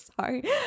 sorry